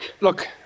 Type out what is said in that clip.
Look